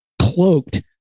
cloaked